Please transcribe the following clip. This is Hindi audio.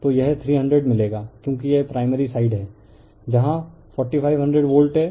तो यह 300 मिलेगा है क्योंकि यह प्राइमरी साइड है जहां 4500 वोल्ट है